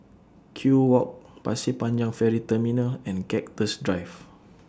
Kew Walk Pasir Panjang Ferry Terminal and Cactus Drive